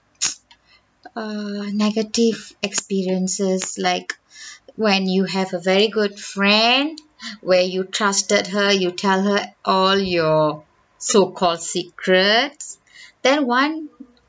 err negative experiences like when you have a very good friend where you trusted her you tell her all your so called secrets then one